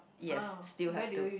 yes still have to